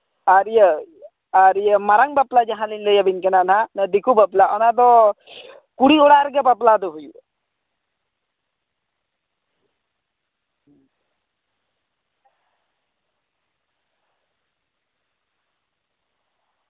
ᱟᱨ ᱤᱭᱟᱹ ᱟᱨ ᱤᱭᱟᱹ ᱢᱟᱨᱟᱝ ᱵᱟᱯᱞᱟ ᱡᱟᱦᱟᱸᱞᱤᱧ ᱞᱟᱹᱭᱟᱵᱤᱱ ᱠᱟᱱᱟ ᱚᱱᱟ ᱫᱤᱠᱩ ᱵᱟᱯᱞᱟ ᱚᱱᱟ ᱫᱚ ᱠᱩᱲᱤ ᱚᱲᱟᱜ ᱨᱮᱜᱮ ᱵᱟᱯᱞᱟ ᱫᱚ ᱦᱩᱭᱩᱜᱼᱟ